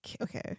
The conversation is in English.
Okay